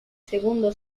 segundo